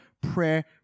Prayer